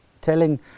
telling